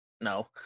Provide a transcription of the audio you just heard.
No